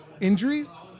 injuries